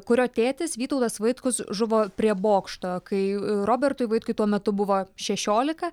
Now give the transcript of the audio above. kurio tėtis vytautas vaitkus žuvo prie bokšto kai robertui vaitkui tuo metu buvo šešiolika